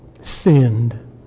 sinned